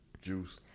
juice